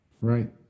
Right